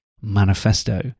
manifesto